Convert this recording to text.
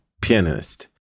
pianist